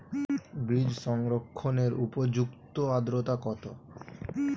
বীজ সংরক্ষণের উপযুক্ত আদ্রতা কত?